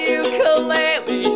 ukulele